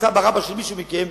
סבא-רבא של מישהו מכם,